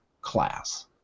class